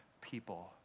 people